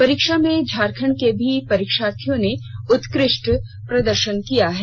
परीक्षा में झारखंड के भी परीक्षार्थियों ने उत्कृष्ट प्रदर्षन किया है